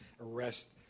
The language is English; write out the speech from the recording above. arrest